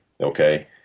okay